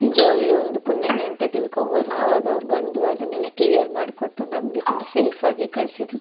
ನಿಜ್ವಾಗಲೂ ಒಂದು ಪುಣ್ಯನೇ ಅಂತ ತಿಳ್ಕೊಬೋದು ಆವಾಗ ಅವ್ರು ಬಂದು ಅದನ್ನೆಲ್ಲ ಕ್ಲಿಯರ್ ಮಾಡ್ಕೊಟ್ಟು ನಮಗೆ ತುಂಬಾ ಸೇಫಾಗಿ ಕಳ್ಸಿದರು